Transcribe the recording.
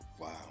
wow